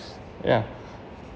ya